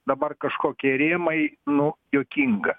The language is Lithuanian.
dabar kažkokie rėmai nu juokinga